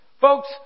Folks